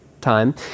time